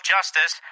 Justice